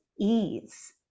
ease